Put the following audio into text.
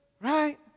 right